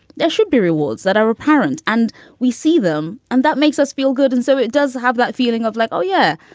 there should be rewards that are apparent. and we see them and that makes us feel good. and so it does have that feeling of like, oh, yeah,